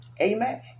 Amen